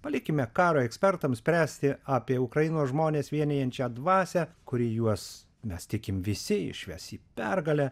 palikime karo ekspertams spręsti apie ukrainos žmones vienijančią dvasią kuri juos mes tikim visi išves į pergalę